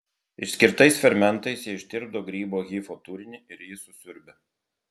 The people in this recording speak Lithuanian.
išskirtais fermentais jie ištirpdo grybo hifo turinį ir jį susiurbia